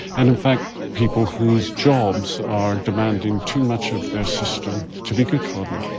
and in fact people whose jobs are demanding too much of their system to be good for them.